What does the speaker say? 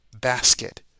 basket